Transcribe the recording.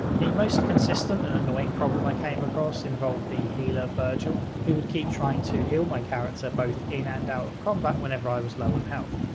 the most consistent and annoying problem i came across involved the healer virgil who would keep trying to heal my character both in and out of combat whenever i was low on health.